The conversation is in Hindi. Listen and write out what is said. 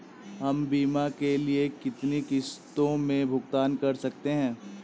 हम बीमा के लिए कितनी किश्तों में भुगतान कर सकते हैं?